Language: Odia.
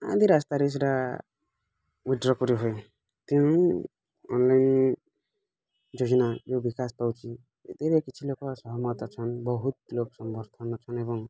ଆଦି ରାସ୍ତାରେ ସେଇଟା ୱଇଥ୍ଡ଼୍ର କରି ହୁଏନି ତେଣୁ ଅନଲାଇନ୍ ଯୋଜନା ଯେଉଁ ବିକାଶ ପାଉଛି ଯେଉଁଥିରେ କିଛି ଲୋକ ସହମତ ଅଛନ୍ତି ବହୁତ ଲୋକ ସମର୍ଥନ ଅଛନ୍ତି ଏବଂ